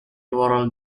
ruolo